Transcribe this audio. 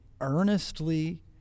earnestly